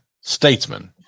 Statesman